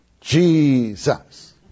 Jesus